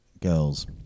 girls